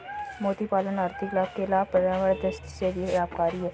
मोती पालन से आर्थिक लाभ के साथ पर्यावरण दृष्टि से भी लाभकरी है